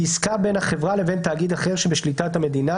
היא עסקה בין החברה לבין תאגיד אחר שבשליטת המדינה,